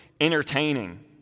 entertaining